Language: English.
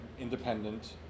independent